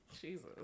Jesus